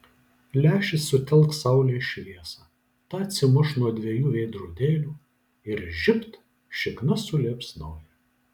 lęšis sutelks saulės šviesą ta atsimuš nuo dviejų veidrodėlių ir žibt šikna suliepsnoja